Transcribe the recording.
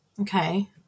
Okay